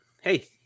Hey